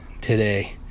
today